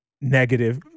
negative